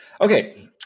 okay